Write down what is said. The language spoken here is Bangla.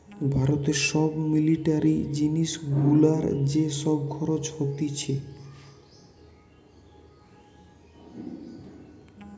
ভারতে সব মিলিটারি জিনিস গুলার যে সব খরচ হতিছে